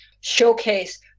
showcase